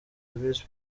visi